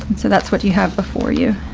so that's what you have before you.